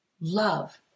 love